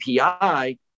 API